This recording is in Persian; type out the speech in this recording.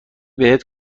بهت